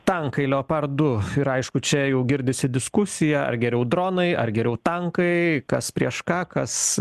tankai leopardu ir aišku čia jau girdisi diskusija ar geriau dronai ar geriau tankai kas prieš ką kas